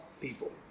people